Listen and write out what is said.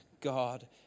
God